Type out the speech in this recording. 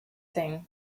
thing